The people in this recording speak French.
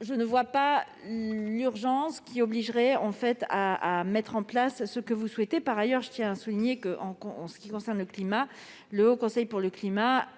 Je ne vois pas l'urgence qui obligerait à mettre en place ce que vous souhaitez. Par ailleurs, je tiens à le souligner, pour ce qui concerne le climat, le Haut Conseil pour le climat